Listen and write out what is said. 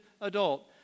adult